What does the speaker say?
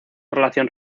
relación